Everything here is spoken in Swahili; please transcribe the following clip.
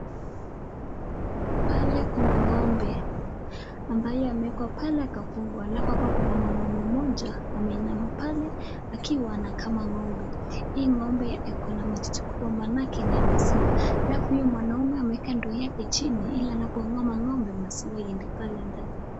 Pale kuna ng'ombe ambaye amewekwa pale akafugwa alafu hapa kuna mwanaume mmoja ameinama pale akiwa anakama ng'ombe. Hii ng'ombe iko na matiti kubwa maanake ni ya maziwa alafu huyo mwanaume ameweka ndoo yake chini ili anapokamua mangombe maziwa iende pale ndani.